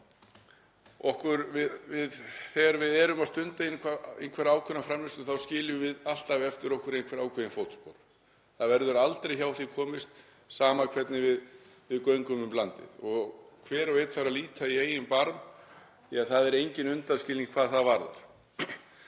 þegar við erum að stunda einhverja ákveðna framleiðslu þá skiljum við alltaf eftir okkur einhver fótspor. Það verður aldrei hjá því komist, sama hvernig við göngum um landið. Hver og einn þarf að líta í eigin barm því það er enginn undanskilinn hvað það varðar.